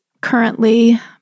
currently